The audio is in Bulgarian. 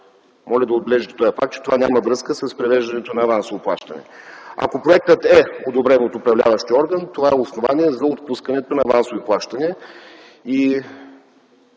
Моля да отбележите този факт, че това няма връзка с привеждането на авансово плащане. Ако проектът е одобрен от управляващия орган, това е основание за отпускането на авансово плащане